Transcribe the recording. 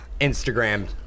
Instagram